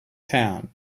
town